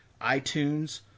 iTunes